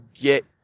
get